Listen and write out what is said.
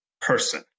person